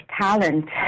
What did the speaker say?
talent